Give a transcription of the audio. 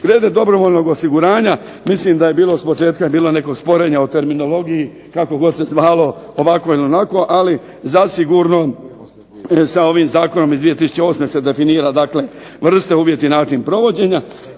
Glede dobrovoljnog osiguranja mislim da je bilo s početka nekog sporenja o terminologiji kako god se zvalo, ovako ili onako, ali zasigurno sa ovim zakonom iz 2008. se definira dakle vrste, uvjeti i način provođenja.